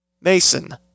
Mason